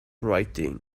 writing